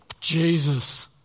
Jesus